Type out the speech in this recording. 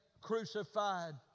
crucified